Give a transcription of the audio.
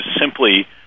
simply